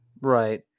right